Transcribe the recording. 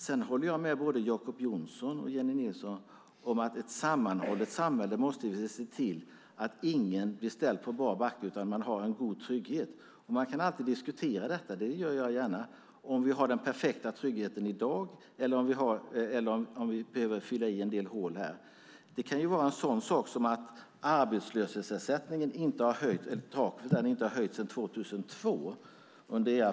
Sedan håller jag med både Jacob Johnson och Jennie Nilsson om att vi i ett sammanhållet samhälle måste se till att ingen blir ställd på bar backe utan har en god trygghet. Man kan alltid diskutera - det gör jag gärna - om vi har den perfekta tryggheten i dag eller om vi behöver fylla i en del hål. Det kan vara en sådan sak som att taket för arbetslöshetsersättningen inte har höjts sedan 2002.